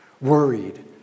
worried